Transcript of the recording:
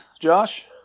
Josh